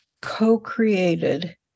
co-created